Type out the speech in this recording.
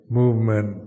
movement